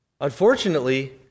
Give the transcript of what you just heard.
Unfortunately